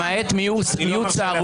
למעט מיעוט,